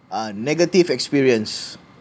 uh negative experience